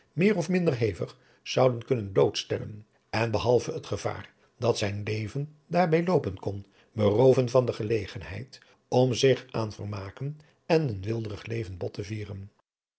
meer of minder hevig zouden kunnen blootstellen en behalve het gevaar dat zijn leven daarbij loopen kon berooven van de gelegenheid om zich aan vermaken en een weelderig leven bot te vieren